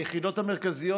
היחידות המרכזיות,